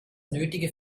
nötige